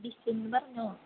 December no